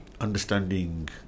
understanding